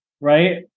right